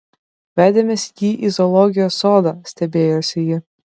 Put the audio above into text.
vedėmės jį į zoologijos sodą stebėjosi ji